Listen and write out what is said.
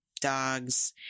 dogs